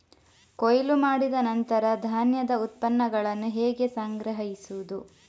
ಕೊಯ್ಲು ಮಾಡಿದ ನಂತರ ಧಾನ್ಯದ ಉತ್ಪನ್ನಗಳನ್ನು ಹೇಗೆ ಸಂಗ್ರಹಿಸುವುದು?